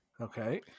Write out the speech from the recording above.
Okay